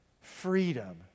freedom